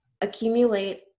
accumulate